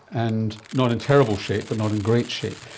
and not in terrible shape but not in great shape.